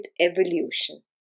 evolution